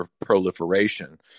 proliferation